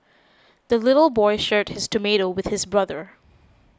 the little boy shared his tomato with his brother